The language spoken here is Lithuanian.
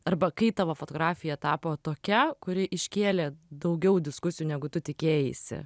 arba kai tavo fotografija tapo tokia kuri iškėlė daugiau diskusijų negu tu tikėjaisi